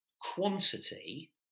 quantity